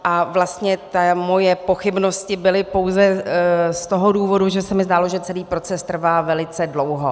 A vlastně moje pochybnosti byly pouze z toho důvodu, že se mi zdálo, že celý proces trvá velice dlouho.